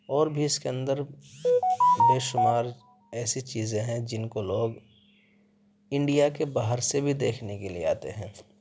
اور بھی اس کے اندر بے شمار ایسی چیزیں ہیں جن کو لوگ انڈیا کے باہر سے بھی دیکھنے کے لیے آتے ہیں